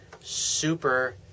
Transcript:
super